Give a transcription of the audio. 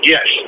Yes